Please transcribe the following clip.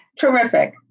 Terrific